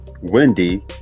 Wendy